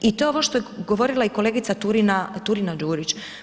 I to ovo što je govorila i kolegice Turina-Đurić.